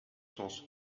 sens